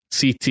CT